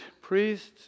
priests